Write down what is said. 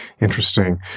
Interesting